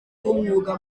w’umwuga